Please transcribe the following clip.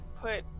put